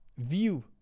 View